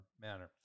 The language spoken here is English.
manner